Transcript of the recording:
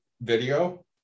video